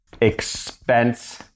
expense